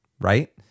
right